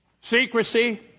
Secrecy